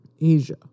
Asia